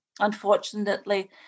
Unfortunately